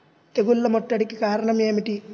తెగుళ్ల ముట్టడికి కారణం ఏమిటి?